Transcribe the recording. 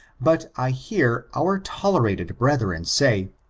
but i hear our tolerated brethren say,